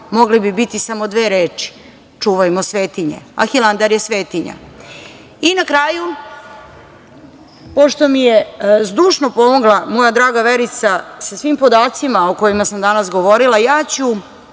mogli bi biti samo dve reči – čuvajmo svetinje, a Hilandar je svetinja.I na kraju, pošto mi je zdušno pomogla moja draga Verica sa svim podacima o kojima sam danas govorila, ja ću